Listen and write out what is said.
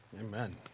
Amen